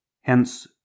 Hence